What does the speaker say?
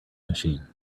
machine